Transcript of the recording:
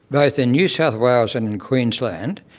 both in new south wales and in queensland,